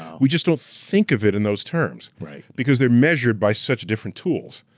we just don't think of it in those terms, because they're measured by such different tools.